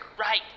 Right